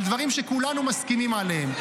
על דברים שכולנו מסכימים עליהם.